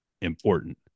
important